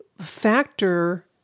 factor